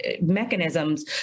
mechanisms